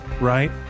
right